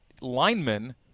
Linemen